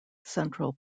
central